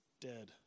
dead